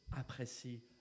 apprécie